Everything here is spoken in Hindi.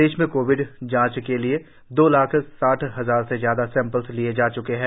प्रदेश में कोविड जांच के लिए दो लाख साठ हजार से ज्यादा सैंपल लिए जा च्के है